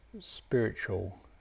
spiritual